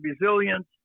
resilience